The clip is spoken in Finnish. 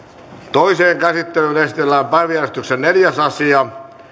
toiseen käsittelyyn esitellään päiväjärjestyksen neljäs asia